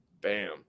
Bam